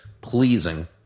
pleasing